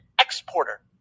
exporter